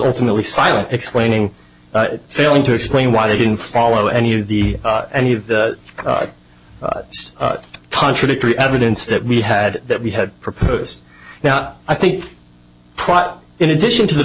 ultimately silent explaining failing to explain why they didn't follow any of the any of the contradictory evidence that we had that we had proposed now i think in addition to the